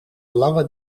lange